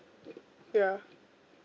ya